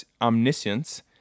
omniscience